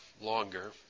longer